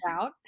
out